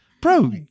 Bro